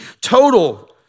total